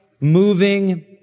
moving